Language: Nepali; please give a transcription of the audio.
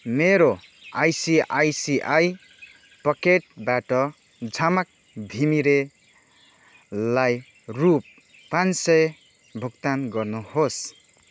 मेरो आइसिआइसिआई पकेटबाट झमक घिमिरेलाई रु पाँच सय भुक्तान गर्नुहोस्